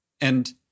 And-